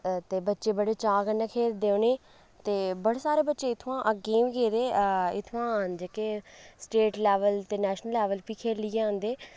ते बच्चे बड़े चाऽ कन्नै खेढदे उनें ई ते बड़े सारे बच्चे इत्थूं दा अग्गें बी गेदे इत्थुआं जेह्के स्टेट लेवल ते नैशनल लेवल बी खेढियै औंदे